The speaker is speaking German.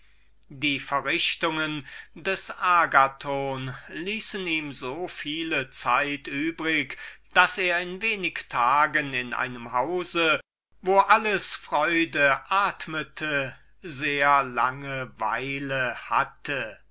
die verrichtungen des agathon ließen ihm so viel zeit übrig daß er in wenigen tagen in einem hause wo alles freude atmete sehr lange weile hatte